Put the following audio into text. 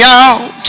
out